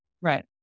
Right